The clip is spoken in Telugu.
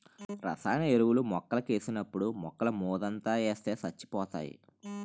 రసాయన ఎరువులు మొక్కలకేసినప్పుడు మొక్కలమోదంట ఏస్తే సచ్చిపోతాయి